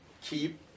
keep